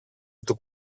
του